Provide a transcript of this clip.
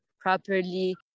properly